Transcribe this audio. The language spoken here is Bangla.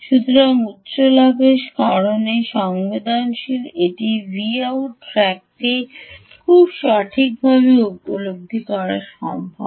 সুতরাং উচ্চতর লাভের কারণে সংবেদনশীল এটি Vout ট্র্যাকটি খুব সঠিকভাবে উপলব্ধি করতে সক্ষম